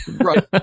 right